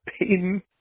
Payton